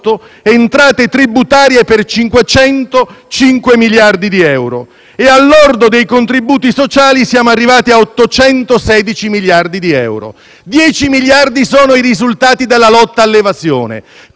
entrate tributarie per 505 miliardi di euro e al lordo dei contributi sociali siamo arrivati a 816 miliardi di euro, mentre sono pari a 10 miliardi di euro i risultati della lotta all'evasione.